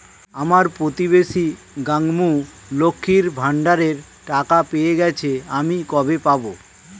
আমার প্রতিবেশী গাঙ্মু, লক্ষ্মীর ভান্ডারের টাকা পেয়ে গেছে, আমি কবে পাব?